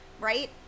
right